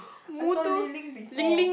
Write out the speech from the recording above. I saw Li Ling before